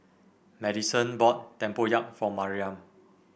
Maddison bought Tempoyak for Mariam